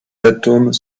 atomes